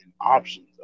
options